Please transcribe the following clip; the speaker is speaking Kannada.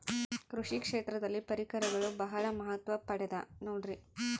ಕೃಷಿ ಕ್ಷೇತ್ರದಲ್ಲಿ ಪರಿಕರಗಳು ಬಹಳ ಮಹತ್ವ ಪಡೆದ ನೋಡ್ರಿ?